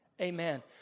Amen